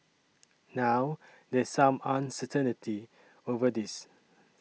now there's some uncertainty over this